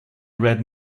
read